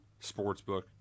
sportsbook